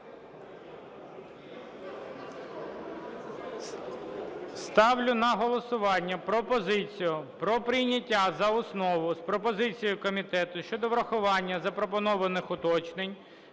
Ставлю на голосування пропозицію про прийняття за основу з пропозицією комітету щодо врахування запропонованих уточнень